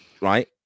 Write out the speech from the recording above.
right